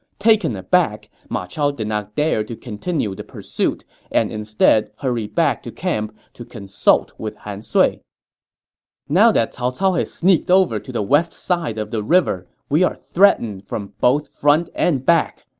taken aback, ma chao did not dare to continue the pursuit and instead hurried back to camp to consult with han sui now that cao cao has sneaked over to the west side of the river, we are threatened from front and back.